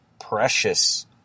precious